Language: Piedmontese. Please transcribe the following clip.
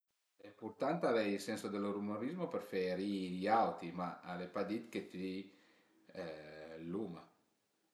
Al e ëmpurtant avei ël senso dë l'umorizmo për fe ri-i gl'autri ma al e pa dit chë tüi l'uma